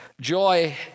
joy